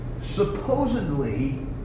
Supposedly